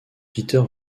peter